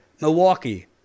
Milwaukee